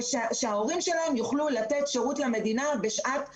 שההורים שלהם יוכלו לתת שירות למדינה בשעת חירום.